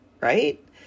right